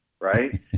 right